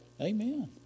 Amen